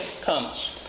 comes